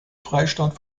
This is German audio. freistaat